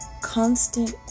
Constant